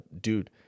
Dude